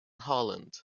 holland